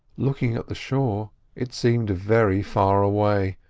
looking at the shore it seemed very far away,